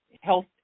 health